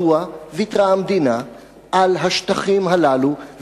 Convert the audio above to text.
לא קיבלתי תשובה מדוע בתוואי הגדר מוותרים על שטחים בבעלות יהודית